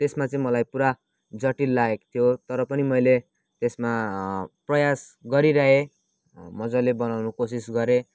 त्यसमा चाहिँ मलाई पुरा जटिल लागेको थियो तर पनि मैले त्यसमा प्रयास गरिरहे मजाले बनाउनु कोसिस गरेँ